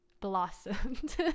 blossomed